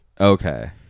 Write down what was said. Okay